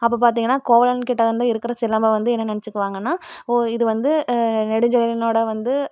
அப்போ பார்த்தீங்கன்னா கோவலன்கிட்ட வந்து இருக்கிற சிலம்பம் வந்து என்ன நினச்சுக்குவாங்கன்னா ஓ இது வந்து நெடுஞ்செழியனோட வந்து